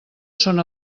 són